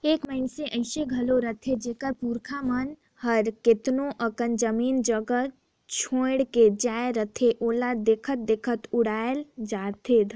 ए मइनसे अइसे घलो रहथें ओकर पुरखा मन हर केतनो अकन जमीन जगहा छोंएड़ के जाए रहथें ओला देखत देखत उड़ाए धारथें